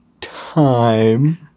time